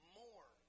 more